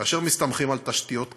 כאשר מסתמכים על תשתיות קיימות,